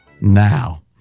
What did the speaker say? Now